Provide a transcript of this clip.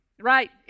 Right